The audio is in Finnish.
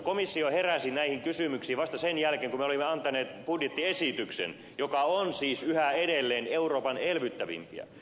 komissio heräsi näihin kysymyksiin vasta sen jälkeen kun me olimme antaneet budjettiesityksen joka on siis yhä edelleen euroopan elvyttävimpiä